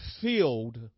filled